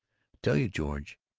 tell you george,